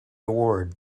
award